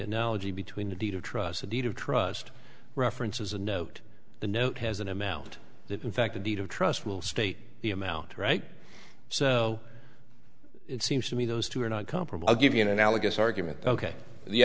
analogy between the deed of trust a deed of trust references a note the note has an amount that in fact a deed of trust will state the amount right so it seems to me those two are not comparable i'll give you an analogous argument ok the